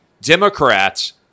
Democrats